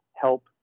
help